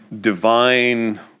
divine